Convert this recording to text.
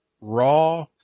raw